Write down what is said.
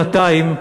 בעוד שנתיים,